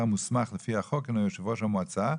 המוסמך לפי החוק הינו יושב ראש המועצה,